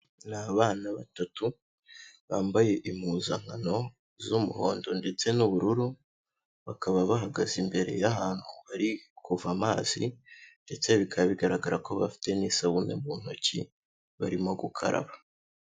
Ni abana batatu bambaye impuzankano z'umuhondo ndetse n'ubururu bakaba bahagaze imbere y'ahantu bari kuva amazi ndetse bikaba bigaragara ko bafite n'isabune mu ntoki barimo gukaraba.